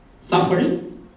suffering